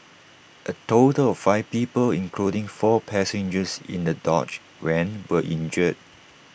A total of five people including four passengers in the dodge van were injured